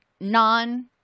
non-